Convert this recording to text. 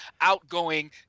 outgoing